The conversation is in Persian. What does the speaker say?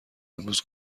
امروز